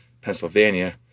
Pennsylvania